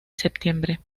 septiembre